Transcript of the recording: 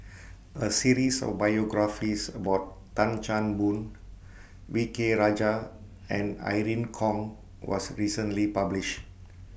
A series of biographies about Tan Chan Boon V K Rajah and Irene Khong was recently published